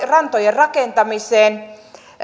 rantojen rakentamiseen